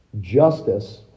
justice